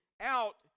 Out